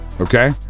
Okay